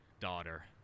daughter